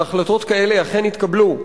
והחלטות כאלה אכן התקבלו.